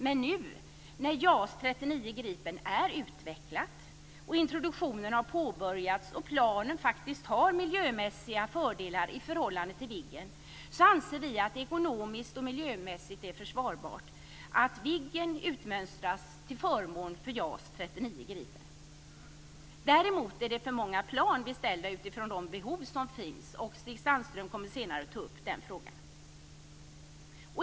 Men nu när JAS 39 Gripen är utvecklat, när introduktionen har påbörjats och planen faktiskt har miljömässiga fördelar i förhållande till Viggen, anser vi att det ekonomiskt och miljömässigt är försvarbart att Däremot är det för många plan beställda utifrån de behov som finns. Stig Sandström kommer senare att ta upp den frågan.